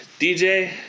DJ